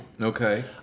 Okay